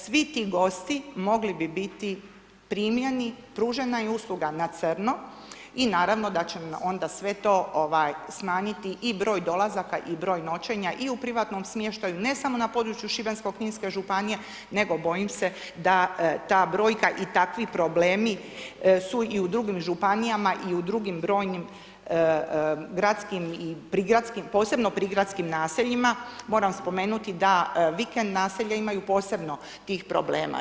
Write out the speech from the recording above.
Svi ti gosti mogli bi biti primljeni, pružena je usluga na crno i naravno da ćemo onda sve to ovaj smanjiti i broj dolazaka i broj noćenja i u privatnom smještaju ne samo na području Šibensko-kninske županije, nego bojim se da ta brojka i takvi problemi su i u drugim županijama i u drugim brojnim gradskim i prigradskim, posebno prigradskim naseljima, moram spomenuti da vikend naselja imaju posebno tih problema.